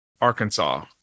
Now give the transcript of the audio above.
Arkansas